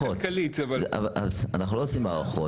אנחנו לא עושים הערכות,